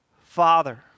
father